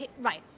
Right